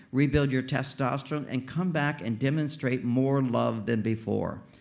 rebuild your testosterone and come back and demonstrate more love than before.